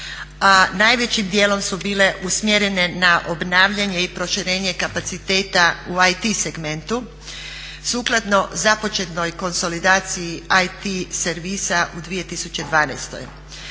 najvećim dijelom su bile usmjerene na obnavljanje i proširenje kapaciteta u IT segmentu, sukladno započetoj konsolidaciji IT servisa u 2012.